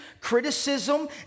criticism